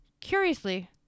Curiously